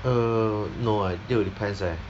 err no I feel it depends leh